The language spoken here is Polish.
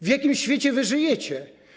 W jakim świecie wy żyjecie?